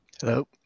Hello